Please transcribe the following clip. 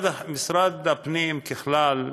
משרד הפנים, ככלל,